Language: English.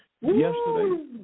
yesterday